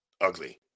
ugly